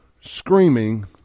screaming